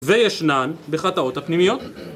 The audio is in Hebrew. וישנן בחטאות הפנימיות